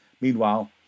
Meanwhile